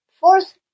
Fourth